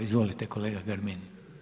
Izvolite kolega Grbin.